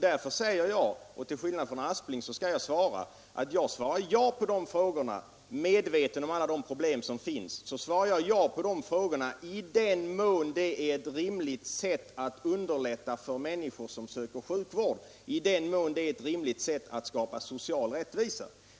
Därför säger jag, och till skillnad från herr Aspling skall jag ge ett svar, att jag, medveten om alla de problem som finns, svarar ja på de ställda frågorna i den mån det är ett rimligt sätt att underlätta för människor som söker sjukvård och i den mån det är ett rimligt sätt att skapa social rättvisa.